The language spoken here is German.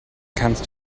kannst